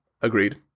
Agreed